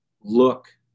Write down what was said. look